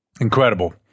Incredible